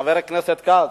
חבר הכנסת כץ,